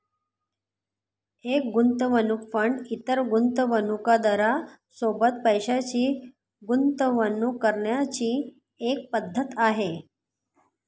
एक गुंतवणूक फंड इतर गुंतवणूकदारां सोबत पैशाची गुंतवणूक करण्याची एक पद्धत आहे